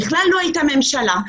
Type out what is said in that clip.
בכלל לא הייתה ממשלה,